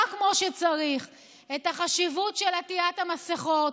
כמו שצריך את החשיבות של עטיית המסכות